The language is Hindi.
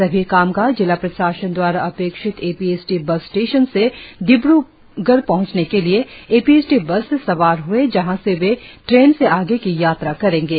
सभी कामगार जिला प्रशासन दवारा अपेक्षित A P S T bus station से डिब्र्गढ़ पहँचने के लिए A P S T bus से सवार हए जहाँ से वे ट्रेन से आगे की यात्रा करेंगे